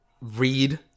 read